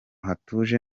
hatuje